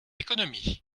économie